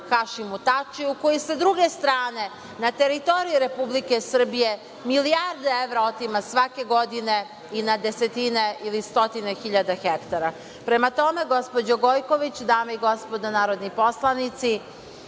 Hašimu Tačiju, koji sa druge strane na teritoriji Republike Srbije milijarde evra otima svake godine i na desetine ili stotine hiljada hektara. Prema tome, gospođo Gojković, dame i gospodo narodni poslanici,